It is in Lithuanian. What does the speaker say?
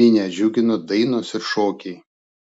minią džiugino dainos ir šokiai